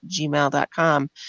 gmail.com